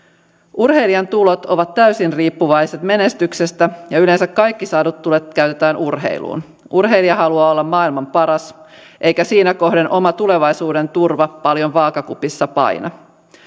urheilijan tulot ovat täysin riippuvaiset menestyksestä ja yleensä kaikki saadut tulot käytetään urheiluun urheilija haluaa olla maailman paras eikä siinä kohden oma tulevaisuuden turva paljon vaakakupissa paina